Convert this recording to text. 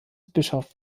bischof